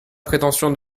prétention